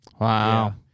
Wow